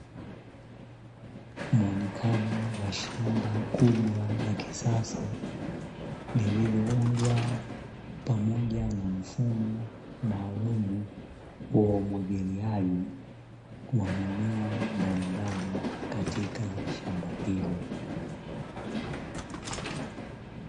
Muonekano wa shamba kubwa la kisasa, lililoundwa pamoja na mfumo maalumu wa umwagiliaji wa mimea mbalimbali katika shamba hilo.